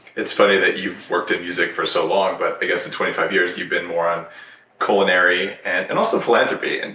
it's funny that you've worked in music for so long, but i guess in twenty five years you've been more on culinary and and also philanthropy. and